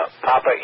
Papa